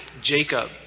Jacob